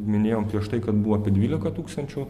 minėjom prieš tai kad buvo apie dvyliką tūkstančių